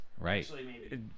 Right